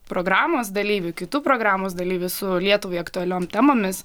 programos dalyvių kitų programos dalyvių su lietuvai aktualiom temomis